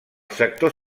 sector